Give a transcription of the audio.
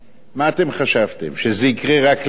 מה אתם חשבתם, שזה יקרה רק לנו?